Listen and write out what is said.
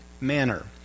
manner